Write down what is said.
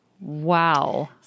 Wow